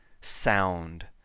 sound